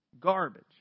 Garbage